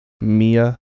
Mia